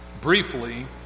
briefly